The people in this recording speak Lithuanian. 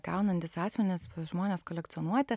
gaunantys asmenys žmonės kolekcionuoti